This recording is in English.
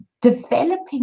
developing